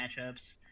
matchups